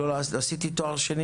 עשיתי תואר שני